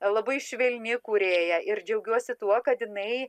labai švelni kūrėja ir džiaugiuosi tuo kad jinai